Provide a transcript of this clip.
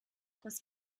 das